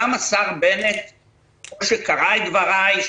גם השר בנט שקרא את דבריי,